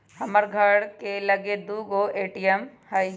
हमर घर के लगे दू गो ए.टी.एम हइ